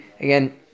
again